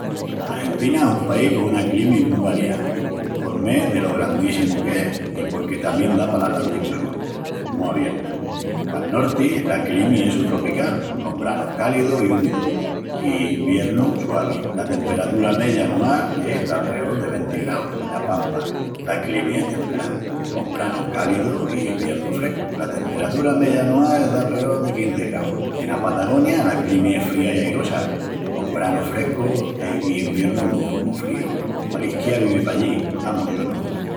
Argentina es un país con una climi mu variá, por mé delo grandíssimu qu'es i porque tamién da pal Atlánticu Sul, mu abiertu. Pal norti la climi es sutropical, con branus cálidus i úmidus, i iviernus suavis. La temperatura meya anual es d'alreol de venti graus. Ena Pampa la climi es templá, con branus cálidus i iviernus frescus. La temperatura meya anual es d'alreol de quinzi graus. Ena Patagonia la climi es fría i airosa, con branus frescus e... i iviernus mu fríus. Qualisquiá vivi pallí! Amus, yo no!